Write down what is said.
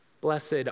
Blessed